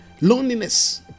Loneliness